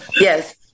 Yes